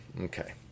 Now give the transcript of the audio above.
okay